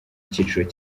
icyiciro